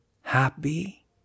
happy